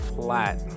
flat